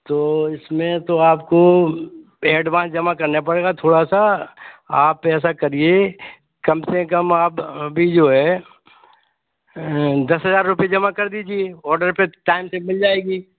तो इसमें तो आपको एडवांस जमा करना पड़ेगा थोड़ा सा आप ऐसा करिए कम से कम आप अभी जो है दस हज़ार रुपये जमा कर दीजिए ऑडर फिर टाइम से मिल जाएगी